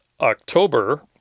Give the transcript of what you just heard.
October